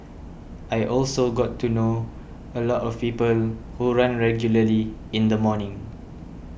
I also got to know a lot of people who run regularly in the morning